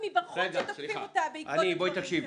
מבחוץ שתוקפים אותה בעקבות הדברים שלה.